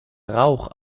rauch